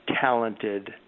talented